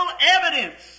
evidence